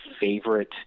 favorite